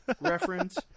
reference